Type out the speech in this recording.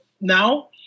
now